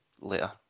later